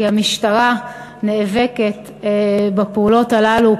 כי המשטרה נאבקת בפעולות הללו,